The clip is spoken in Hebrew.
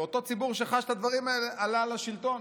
ואותו ציבור שחש את הדברים האלה עלה לשלטון.